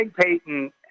Peyton